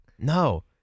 No